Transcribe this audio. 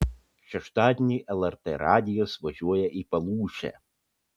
šeštadienį lrt radijas važiuoja į palūšę